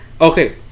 okay